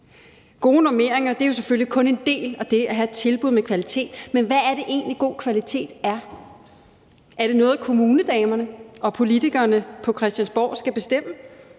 Gode normeringer er selvfølgelig kun en del af det at have et tilbud med kvalitet. Men hvad er det egentlig, god kvalitet er? Er det noget, kommunedamerne og politikerne på Christiansborg skal bestemme?